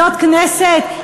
זאת כנסת?